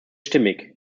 stimmig